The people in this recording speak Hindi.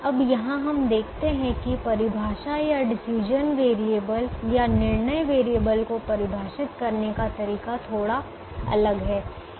अब यहाँ हम देखते हैं कि परिभाषा या डिसीजन वेरिएबल या निर्णय चर को परिभाषित करने का तरीका थोड़ा अलग है